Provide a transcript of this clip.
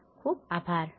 ખુબ ખુબ આભાર